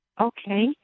Okay